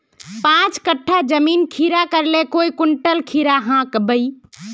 पाँच कट्ठा जमीन खीरा करले काई कुंटल खीरा हाँ बई?